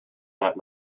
that